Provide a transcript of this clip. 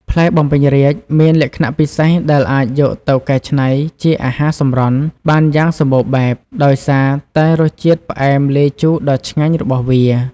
ផ្លែបំពេញរាជ្យមានលក្ខណៈពិសេសដែលអាចយកទៅកែច្នៃជាអាហារសម្រន់ បានយ៉ាងសម្បូរបែប ដោយសារតែរសជាតិផ្អែមលាយជូរដ៏ឆ្ងាញ់របស់វា។